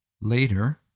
Later